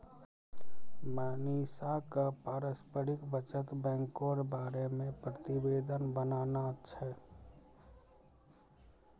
मनीषा क पारस्परिक बचत बैंको र बारे मे प्रतिवेदन बनाना छै